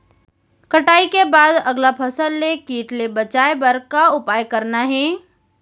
कटाई के बाद अगला फसल ले किट ले बचाए बर का उपाय करना हे?